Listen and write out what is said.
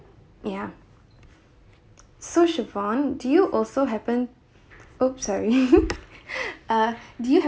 ya so chivonne do you also happen !oops! sorry uh do you